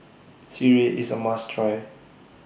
Sireh IS A must Try